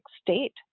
state